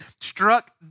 struck